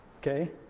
Okay